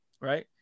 right